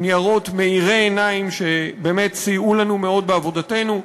ניירות מאירי עיניים שסייעו לנו מאוד בעבודתנו,